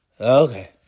Okay